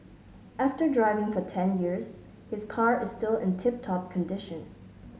after driving for ten years his car is still in tip top condition